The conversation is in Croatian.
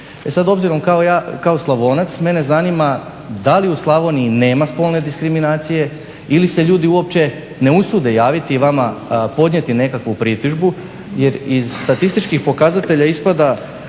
sad obzirom ja kao Slavonac mene zanima da li u Slavoniji nema spolne diskriminacije ili se ljudi uopće ne usude javiti i vama podnijeti nekakvu pritužbu jer iz statističkih pokazatelja ispada